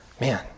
Man